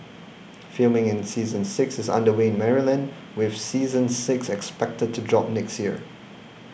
filming for season six is under way in Maryland with season six expected to drop next year